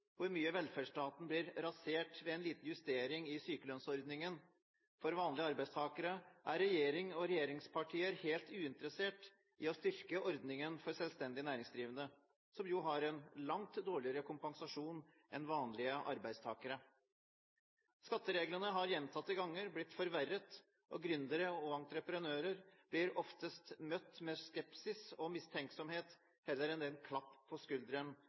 hvor mye velferdsstaten blir rasert ved en liten justering i sykelønnsordningen for vanlige arbeidstakere, er regjering og regjeringspartier helt uinteressert i å styrke ordningen for selvstendig næringsdrivende, som jo har en langt dårligere kompensasjon enn vanlige arbeidstakere. Skattereglene har gjentatte ganger blitt forverret, og gründere og entreprenører blir oftest møtt med skepsis og mistenksomhet heller enn med den klapp på